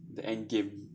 the endgame